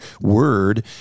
word